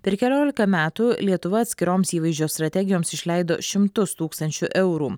per keliolika metų lietuva atskiroms įvaizdžio strategijoms išleido šimtus tūkstančių eurų